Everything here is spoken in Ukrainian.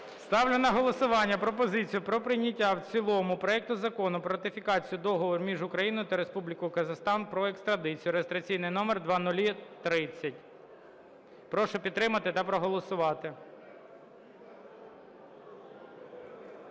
Ставлю на голосування пропозицію про прийняття в цілому проекту Закону про ратифікацію Договору між Україною та Республікою Казахстан про екстрадицію (реєстраційний номер 0030). Прошу підтримати та проголосувати.